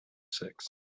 six